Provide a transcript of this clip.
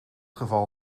geval